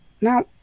Now